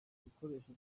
ibikoresho